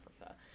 Africa